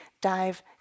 dive